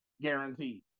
guaranteed